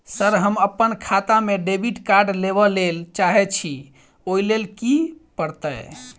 Sir हम अप्पन खाता मे डेबिट कार्ड लेबलेल चाहे छी ओई लेल की परतै?